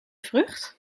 vrucht